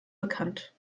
bekannt